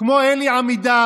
כמו אלי עמידר,